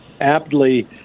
aptly